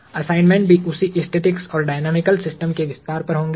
assignment भी उसी static और डायनैमिकल सिस्टम्स के विस्तार पर होंगे